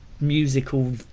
musical